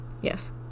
Yes